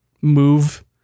move